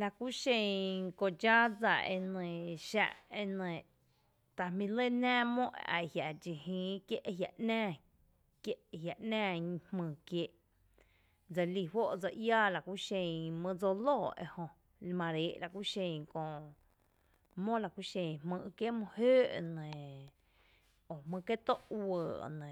Lⱥkú xen ko dxá dsa e nɇɇ, xa e nɇɇ ta jmý lɇ nⱥⱥ mó eajia’ dxi jïí kié’ jia’ nⱥⱥ kié’ ajia nⱥⱥ jmy kiee’ dselí juó’ edse iaa lakú xen mý dsó lóoó jö mare ée’ lakú xen kö mó laku xen kö jmý’ kié’ mý jǿǿ’ nɇ o jmý’ kié’ too’ uɇ’ nɇ,